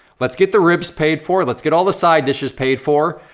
let's get the ribs paid for, let's get all the side dishes paid for,